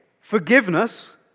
forgiveness